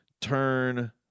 turn